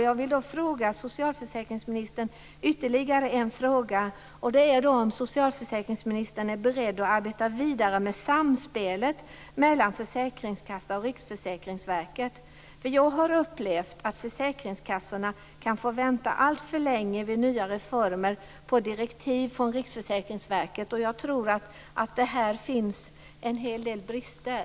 Jag vill ställa socialministern ytterligare en fråga: Är socialförsäkringsministern beredd att arbeta vidare med samspelet mellan försäkringskassan och Riksförsäkringsverket? Jag har upplevt att försäkringskassorna kan få vänta alltför länge vid nya reformer på direktiv från Riksförsäkringsverket. Jag tror att det här finns en hel del brister.